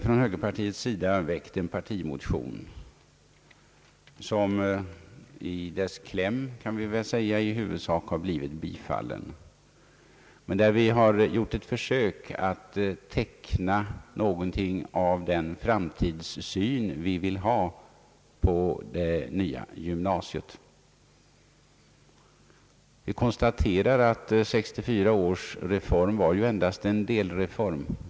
Från högerpartiets sida har väckts en partimotion, som i klämmen i huvudsak har blivit tillstyrkt. Vi har gjort ett försök att teckna någonting av den framtidssyn vi vill ha på det nya gymnasiet. Vi konstaterar att 1964 års reform endast var en delreform.